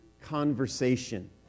conversation